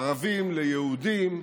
ערבים ליהודים,